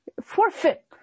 forfeit